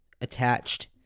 attached